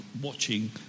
watching